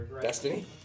Destiny